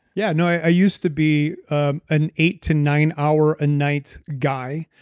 yeah, no, i used to be ah an eight to nine hour a night guy.